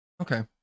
okay